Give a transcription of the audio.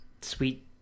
sweet